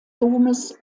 domes